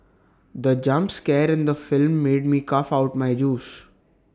the jump scare in the film made me cough out my juice